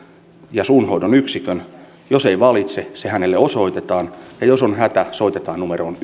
ja suunhoidon yksikön jos ei valitse se hänelle osoitetaan ja jos on hätä soitetaan numeroon